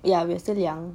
ya we're still young